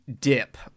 dip